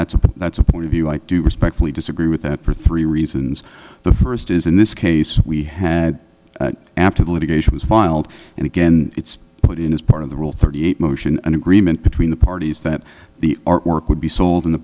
that's a that's a point of view i do respectfully disagree with that for three reasons the first is in this case we had after the litigation was filed and again it's put in as part of the rule thirty eight motion an agreement between the parties that the artwork would be sold in the